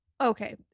okay